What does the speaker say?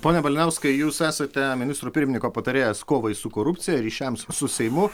pone malinauskai jūs esate ministrų pirmininko patarėjas kovai su korupcija ryšiams su seimu